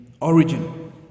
origin